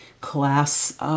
class